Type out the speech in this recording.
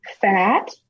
fat